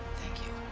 thank you.